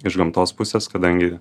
iš gamtos pusės kadangi